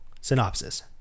Synopsis